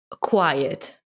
quiet